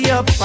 up